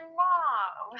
mom